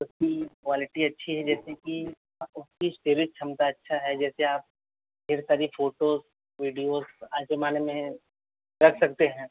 उसकी क्वालिटी अच्छी है जैसे कि उसकी स्टोरेज क्षमता अच्छा है जैसे आप ढेर सारी फोटोज़ वीडियोज़ ऐसे मान ले रख सकते हैं